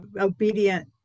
obedient